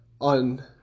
on